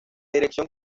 dirección